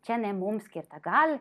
čia ne mums skirta gal